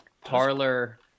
parlor